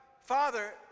Father